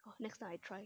oh next I try